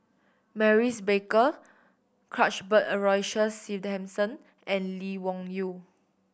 Maurice Baker Cuthbert Aloysius Shepherdson and Lee Wung Yew